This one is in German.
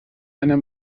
einer